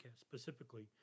specifically